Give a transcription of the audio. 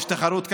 יש תחרות קשה.